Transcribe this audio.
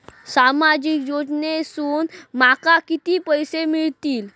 सामाजिक योजनेसून माका किती पैशे मिळतीत?